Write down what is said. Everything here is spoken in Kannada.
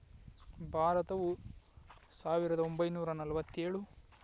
ಭಾರತವು ಸಾವಿರದ ಒಂಬೈನೂರ ನಲವತ್ತೇಳು